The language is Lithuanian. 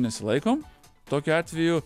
nesilaikom tokiu atveju